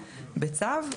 בצו.